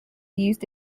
used